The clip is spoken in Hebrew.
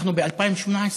אנחנו ב-2018.